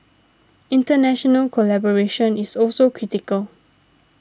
international collaboration is also critical